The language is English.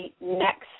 next